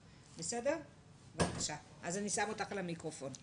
ילדים שחשופים לסיכונים רבים,